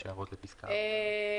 יש הערות לפסקה (4)?